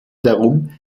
darum